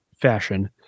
fashion